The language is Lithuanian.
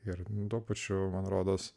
ir tuo pačiu man rodos